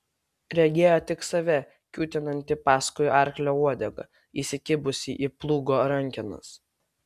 regėjo tik save kiūtinantį paskui arklio uodegą įsikibusį į plūgo rankenas